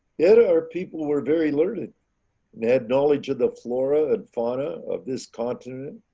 and our people were very learned and had knowledge of the flora and fauna of this continent